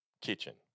kitchen